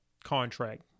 Contract